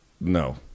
no